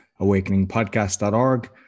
awakeningpodcast.org